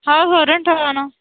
हो भरून ठेवा ना